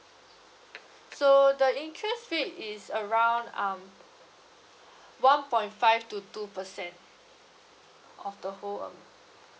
so the interest rate is around um one point five to two percent of the whole um